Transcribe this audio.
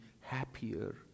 happier